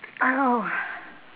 oh no